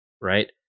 Right